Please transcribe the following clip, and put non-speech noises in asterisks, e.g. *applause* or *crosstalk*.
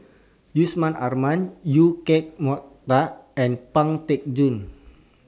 Yusman Aman EU Keng Mun *unintelligible* and Pang Teck Joon